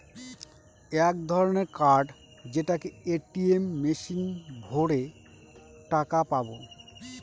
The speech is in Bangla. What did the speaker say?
এক ধরনের কার্ড যেটাকে এ.টি.এম মেশিনে ভোরে টাকা পাবো